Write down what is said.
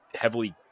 heavily